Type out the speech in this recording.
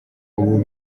ubu